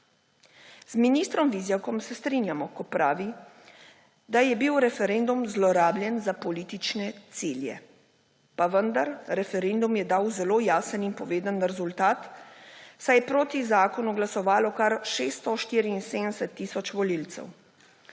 Z ministrom Vizjakom se strinjamo, ko pravi, da je bil referendum zlorabljen za politične cilje, pa vendar, referendum je dal zelo jasen in poveden rezultat, saj je proti zakonu glasovalo kar 674 tisoč volivcev.